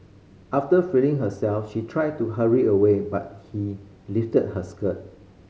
after freeing herself she tried to hurry away but he lifted her skirt